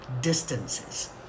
distances